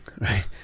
right